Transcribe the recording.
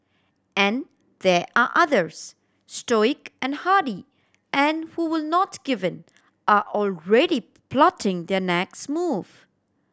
and there are others stoic and hardy and who will not give in are already plotting their next move